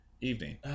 evening